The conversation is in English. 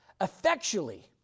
effectually